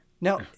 Now